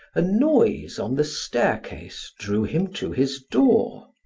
a noise on the staircase drew him to his door.